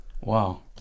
wow